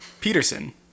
Peterson